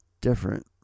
Different